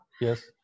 Yes